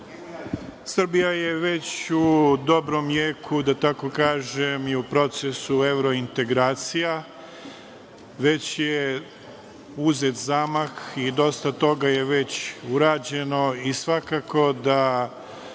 je već u dobrom jeku, da tako kažem, i u procesu evrointegracija, već je uzet zamah i dosta toga je već urađeno, i svakako da